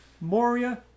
Moria